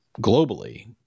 globally